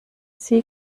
sie